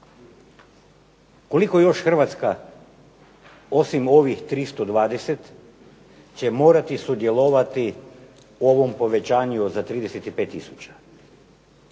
Koliko još Hrvatska osim ovih 320 će morati sudjelovati u ovom povećanju za 35000?